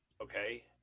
Okay